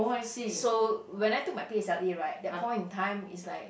so when I took my p_s_l_e right that point in time is like